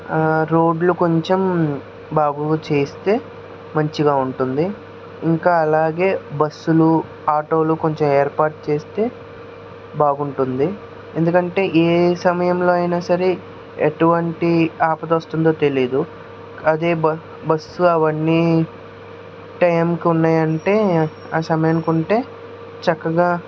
రోడ్లు కొంచెం బాగు చేస్తే మంచిగా ఉంటుంది ఇంకా అలాగే బస్సులు ఆటోలు కొంచెం ఏర్పాటు చేస్తే బాగుంటుంది ఎందుకంటే ఏ సమయంలో అయినా సరే ఎటువంటి ఆపద వస్తుందో తెలియదు అదే బస్ బస్సు అవన్నీ టైంకి ఉన్నాయంటే ఆ సమయానికి ఉంటే చక్కగా